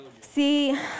See